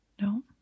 No